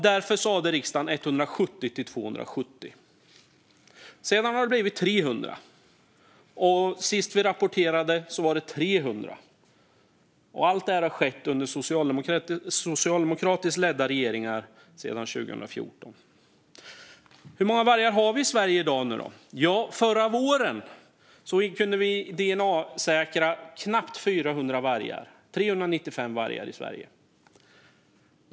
Därför sa riksdagen 170-270 vargar. Sedan har det blivit 300, och senast vi rapporterade var det 400. Och allt detta har skett under socialdemokratiskt ledda regeringar sedan 2014. Så hur många vargar har vi då i Sverige i dag? Förra våren kunde vi dna-säkra knappt 400 vargar, 395 vargar, i Sverige.